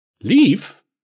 Leave